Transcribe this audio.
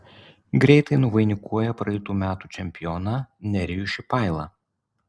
greitai nuvainikuoja praeitų metų čempioną nerijų šipailą